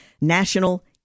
National